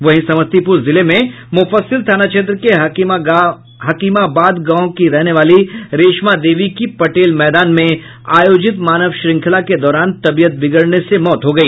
वहीं समस्तीपुर जिले के मुफ्फसिल थाना क्षेत्र के हकीमाबाद गांव निवासी रेशमा देवी की पटेल मैदान में आयोजित मानव श्रंखला के दौरान तबीयत बिगड़ने से मौत हो गई